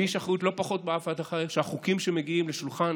לי יש אחריות לא פחות מכל אחד אחר שהחוקים שמגיעים משולחן